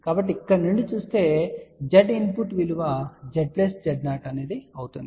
కాబట్టి ఇక్కడ నుండి చూస్తే Z ఇన్పుట్ విలువ Z Z0 అవుతుంది